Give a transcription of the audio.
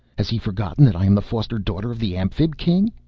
has he forgotten that i am the foster-daughter of the amphib king?